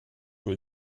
wohl